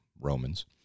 Romans